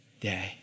day